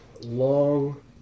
long